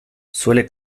suele